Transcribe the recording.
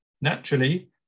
Naturally